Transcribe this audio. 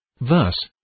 Thus